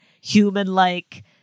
human-like